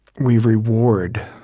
we reward,